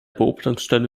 beobachtungsstelle